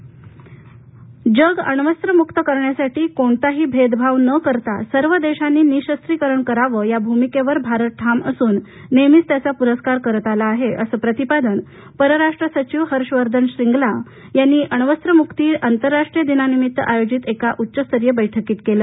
अण्वस्त्रे जग अण्वस्त्र मुक्त करण्यासाठी कोणताही भेदभाव न करता सर्व देशांनी निशस्त्रीकरण करावं या भूमिकेवर भारत ठाम असून नेहमीच त्याचा पुरस्कार करत आला आहे असं प्रतिपादन परराष्ट्र सचिव हर्ष श्रींगला यांनी काल अण्वस्त्र मुक्ती आंतरराष्ट्रीय दिनानिमित्त आयोजित एका उच्चस्तरीय बैठकीत केलं